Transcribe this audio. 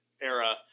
era